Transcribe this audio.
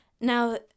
Now